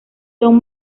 son